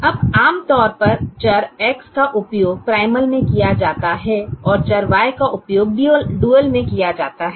अब आमतौर पर चर X का उपयोग प्राइमल में किया जाता है और चर Y का उपयोग डुअल में किया जाता है